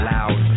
Loud